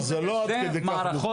לא, זה לא עד כדי כך מורכב.